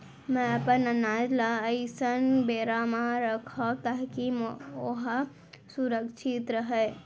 मैं अपन अनाज ला कइसन बोरा म रखव ताकी ओहा सुरक्षित राहय?